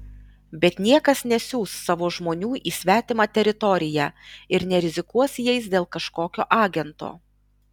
bet niekas nesiųs savo žmonių į svetimą teritoriją ir nerizikuos jais dėl kažkokio agento